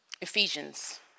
Ephesians